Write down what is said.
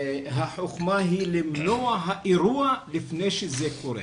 החוכמה היא למנוע האירוע לפני שזה קורה.